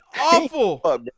awful